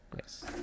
Yes